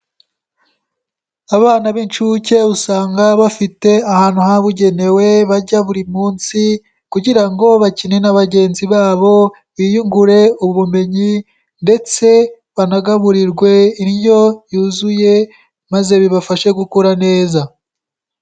Abana b'incuke usanga bafite ahantu habugenewe, bajya buri munsi, kugira ngo bakine na bagenzi babo, biyungure ubumenyi, ndetse banagaburirwe indyo yuzuye, maze bibafashe gukura neza.